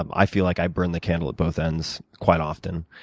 um i feel like i burn the candle at both ends quite often,